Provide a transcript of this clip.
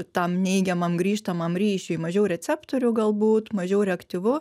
tam neigiamam grįžtamam ryšiui mažiau receptorių galbūt mažiau reaktyvu